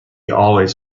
always